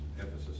emphasis